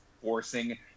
forcing –